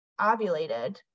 ovulated